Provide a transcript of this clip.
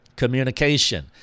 communication